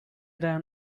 down